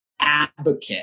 advocate